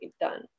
done